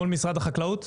מול משרד החקלאות?